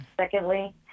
Secondly